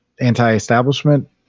anti-establishment